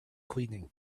cleaning